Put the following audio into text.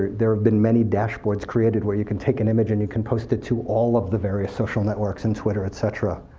there have been many dashboards created where you can take an image and you can post it to all of the various social networks, and twitter, et cetera.